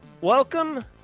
welcome